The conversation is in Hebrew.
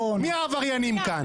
מי העבריינים כאן?